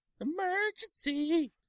Emergency